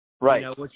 Right